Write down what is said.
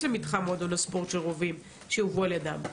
למתחם מועדון הספורט של רובים שיובאו על ידם,